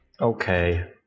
Okay